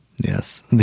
Yes